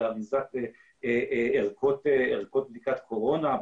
באריזת ערכות בדיקת קורונה,